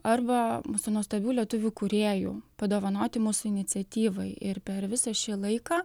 arba mūsų nuostabių lietuvių kūrėjų padovanoti mūsų iniciatyvai ir per visą šį laiką